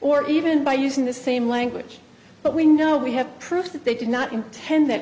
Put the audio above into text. or even by using the same language but we know we have proof that they did not intend that